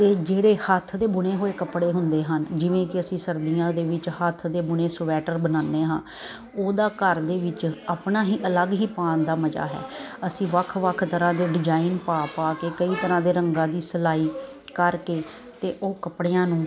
ਤੇ ਜਿਹੜੇ ਹੱਥ ਦੇ ਬਣੇ ਹੋਏ ਕੱਪੜੇ ਹੁੰਦੇ ਹਨ ਜਿਵੇਂ ਕਿ ਅਸੀਂ ਸਰਦੀਆਂ ਦੇ ਵਿੱਚ ਹੱਥ ਦੇ ਬੁਣੇ ਸਵੈਟਰ ਬਣਾਉਦੇ ਹਾਂ ਉਹਦਾ ਘਰ ਦੇ ਵਿੱਚ ਆਪਣਾ ਹੀ ਅਲੱਗ ਹੀ ਪਾਣ ਦਾ ਮਜ਼ਾ ਹੈ ਅਸੀਂ ਵੱਖ ਵੱਖ ਤਰਾਂ ਦੇ ਡਿਜਾਇਨ ਪਾ ਪਾ ਕੇ ਕਈ ਤਰਾਂ ਦੇ ਰੰਗਾਂ ਦੀ ਸਿਲਾਈ ਕਰਕੇ ਤੇ ਉਹ ਕੱਪੜਿਆਂ ਨੂੰ